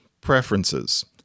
preferences